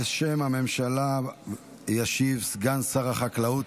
בשם הממשלה ישיב סגן שר החקלאות,